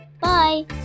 Bye